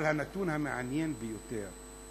אבל הנתון המעניין ביותר,